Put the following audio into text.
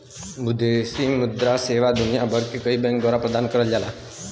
विदेशी मुद्रा सेवा दुनिया भर के कई बैंक द्वारा प्रदान करल जाला